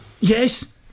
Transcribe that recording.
Yes